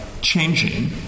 changing